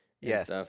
Yes